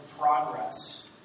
progress